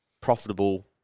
profitable